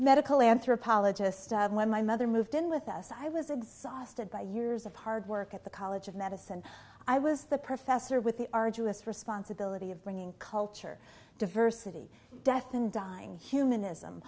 medical anthropologist when my mother moved in with us i was exhausted by years of hard work at the college of medicine i was the professor with the arduous responsibility of bringing culture diversity death and dying humanism